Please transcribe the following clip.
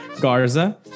Garza